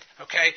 okay